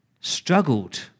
struggled